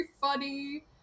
funny